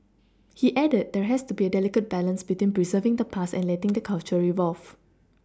he added there has to be a delicate balance between preserving the past and letting the culture evolve